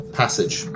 passage